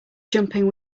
jumping